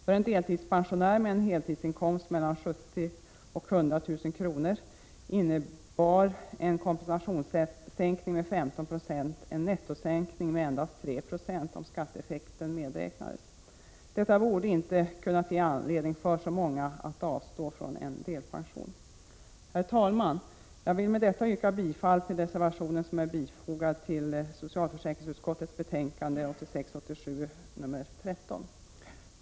För en deltidspensionär med en heltidsinkomst på 70—100 000 kr. innebar en kompensationssänkning med 15 26 en nettosänkning med endast 3 7 om skatteeffekten medräknades. Detta borde inte ha kunnat ge anledning för så många att avstå från delpension. Herr talman! Jag ber med detta att få yrka bifall till den reservation som är fogad vid socialförsäkringsutskottets betänkande 1986/87:13.